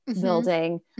building